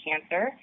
cancer